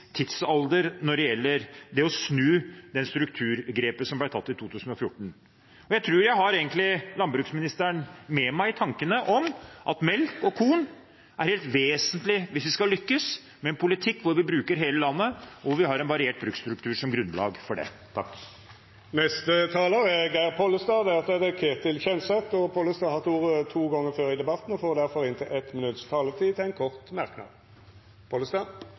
tidsalder når det gjelder å snu det strukturgrepet som ble tatt i 2014. Jeg tror jeg egentlig har landbruksministeren med meg når det gjelder tanken om at melk og korn er det vesentlige hvis vi skal lykkes med en politikk der vi bruker hele landet og har en variert bruksstruktur som grunnlag for den. Representanten Geir Pollestad har hatt ordet to gonger tidlegare og får ordet til ein kort merknad,